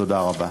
תודה רבה.